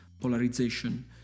polarization